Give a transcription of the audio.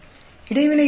இடைவினை என்றால் என்ன